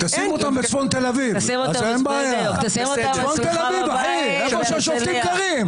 שים אותם בצפון תל אביב, איפה שהשופטים גרים.